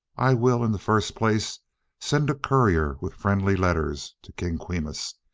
i will in the first place send a courier with friendly letters to king quimus,